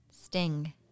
sting